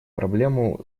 проблему